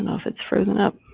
and if it's frozen up.